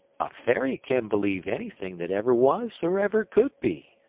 a fairy can believe anything that ever was or ever could be,